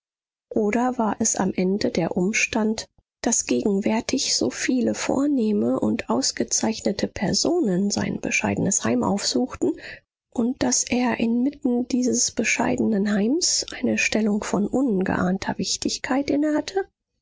oder war es am ende der umstand daß gegenwärtig so viele vornehme und ausgezeichnete personen sein bescheidenes heim aufsuchten und daß er inmitten dieses bescheidenen heims eine stellung von ungeahnter wichtigkeit